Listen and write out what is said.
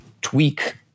tweak